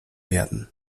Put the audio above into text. werden